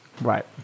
Right